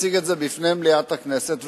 תציג את זה בפני מליאת הכנסת,